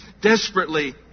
desperately